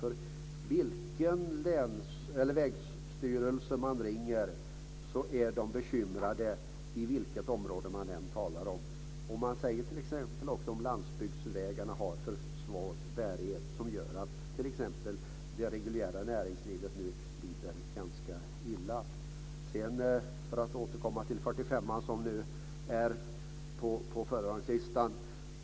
På vilken vägstyrelse man än ringer så är man bekymrad - på vilket område man än talar om. Man säger t.ex. att landsbygdsvägarna har för svag bärighet, och det gör att det reguljära näringslivet nu lider ganska illa. Sedan vill jag återkomma till 45:an, som nu står på föredragningslistan.